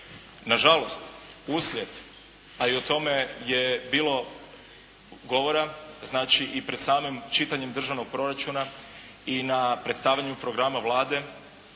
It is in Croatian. Nažalost, uslijed, a i o tome je bilo govora, znači i pred samim čitanjem državnog proračuna i na predstavljanju programa Vlade,